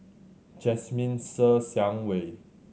Jasmine Ser Xiang Wei